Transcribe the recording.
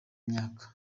myaka